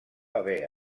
haver